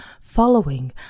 following